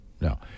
No